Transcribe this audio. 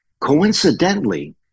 Coincidentally